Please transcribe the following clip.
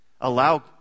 allow